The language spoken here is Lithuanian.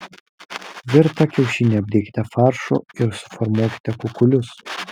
virtą kiaušinį apdėkite faršu ir suformuokite kukulius